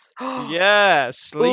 yes